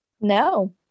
No